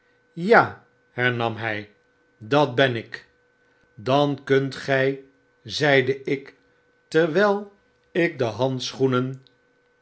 ja hernam hy datbenik dan kunt gy zeide ik terwijl ik de handschoenen